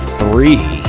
three